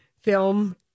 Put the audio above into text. film